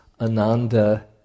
Ananda